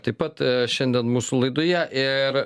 taip pat šiandien mūsų laidoje ir